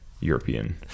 european